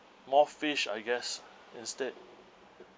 more fish I guess instead